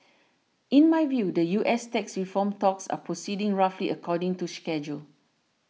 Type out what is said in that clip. in my view the U S tax reform talks are proceeding roughly according to schedule